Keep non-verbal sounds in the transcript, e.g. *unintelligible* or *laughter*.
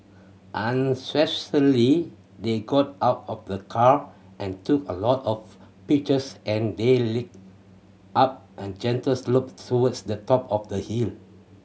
*unintelligible* they got out of the car and took a lot of pictures and they *unintelligible* up a gentle slope towards the top of the hill